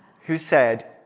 who said,